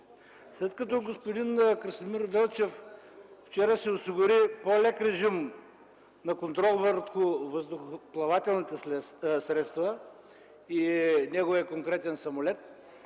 След като господин Красимир Велчев вчера си осигури по-лек режим на контрол върху въздухоплавателните средства и неговия конкретен самолет,